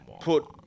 put